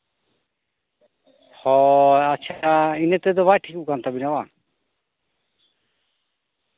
ᱦᱳᱭ ᱟᱪᱪᱷᱟ ᱤᱱᱟᱹ ᱛᱮᱫᱚ ᱵᱟᱭ ᱴᱷᱤᱠᱚᱜ ᱠᱟᱱ ᱛᱟᱹᱵᱤᱱᱟ ᱵᱟᱝ